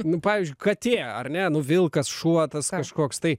nu pavyzdžiui katė ar ne nu vilkas šuo tas kažkoks tai